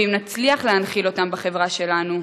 ואם נצליח להנחיל אותם בחברה שלנו,